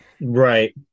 Right